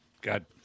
God